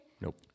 Nope